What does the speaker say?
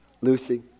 Lucy